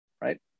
right